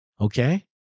Okay